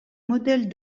modèle